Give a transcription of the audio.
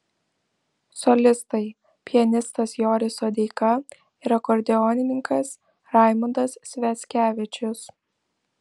solistai pianistas joris sodeika ir akordeonininkas raimundas sviackevičius